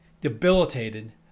debilitated